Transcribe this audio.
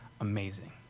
amazing